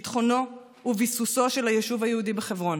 ביטחונו וביסוסו של היישוב היהודי בחברון.